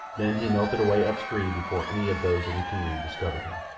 then he melted away up-stream before any of those in the canoe discovered him.